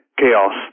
chaos